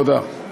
תודה.